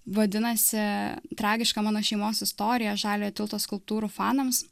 vadinasi tragiška mano šeimos istorija žaliojo tilto skulptūrų fanams